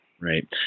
Right